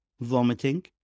vomiting